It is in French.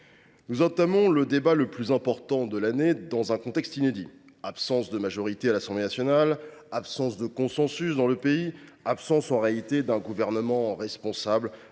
nous entamons le débat le plus important de l’année dans un contexte inédit : absence de majorité à l’Assemblée nationale, absence de consensus dans le pays, absence, en réalité, d’un gouvernement responsable,